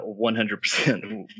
100%